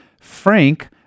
Frank